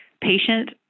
patient